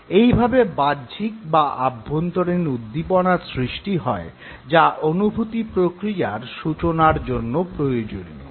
এইভাবে বাহ্যিক বা আভ্যন্তরীণ উদ্দীপনা সৃষ্টি হয় যা অনুভূতি প্রক্রিয়ার সূচনার জন্য প্রয়োজনীয়